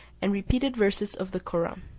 and repeated verses of the koraun.